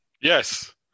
Yes